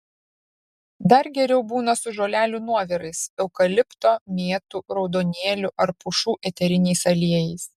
dar geriau būna su žolelių nuovirais eukalipto mėtų raudonėlių ar pušų eteriniais aliejais